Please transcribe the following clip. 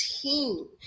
team